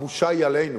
הבושה היא עלינו.